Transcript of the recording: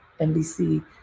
NBC